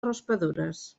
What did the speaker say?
raspadures